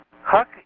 Huck